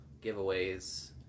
giveaways